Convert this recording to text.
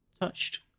touched